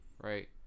Right